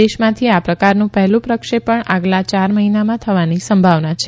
દેશમાંથી આ પ્રકારનું પહેલુ પ્રક્ષેપણ આગલા ચાર મહિનામાં થવાની સંભાવના છે